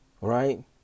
Right